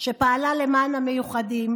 שפעלה למען המיוחדים,